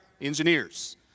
engineers